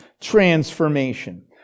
transformation